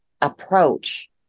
approach